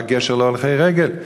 רק גשר להולכי רגל.